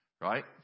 Right